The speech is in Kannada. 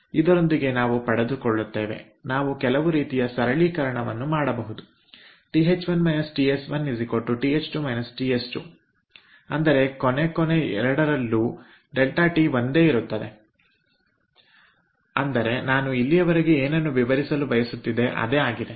ಇದರೊಂದಿಗೆ ನಾವು ಪಡೆದುಕೊಳ್ಳುತ್ತೇವೆ ನಾವು ಕೆಲವು ರೀತಿಯ ಸರಳೀಕರಣವನ್ನು ಮಾಡಬಹುದುTH1 TS1 TH2 TS2ಅಂದರೆಕೊನೆ ಕೊನೆ ಎರಡರಲ್ಲೂ ∆ಟಿ ∆T ಒಂದೇ ಇರುತ್ತದೆ ಅಂದರೆ ನಾನು ಇಲ್ಲಿಯವರೆಗೆ ಏನನ್ನು ವಿವರಿಸಲು ಬಯಸುತ್ತಿದ್ದೆ ಅದೇ ಆಗಿದೆ